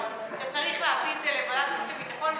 אבל צריך להביא את זה לוועדת החוץ והביטחון,